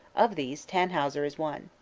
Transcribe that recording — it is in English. of these tannhauser is one.